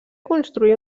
construir